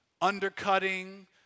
undercutting